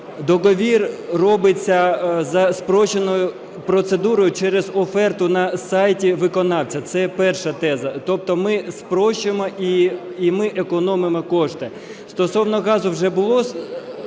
договір робиться за спрощеною процедурою через оферту на сайті виконавця – це є перша теза, тобто ми спрощуємо і ми економимо кошти. Стосовно газу вже було